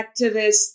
activists